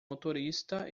motorista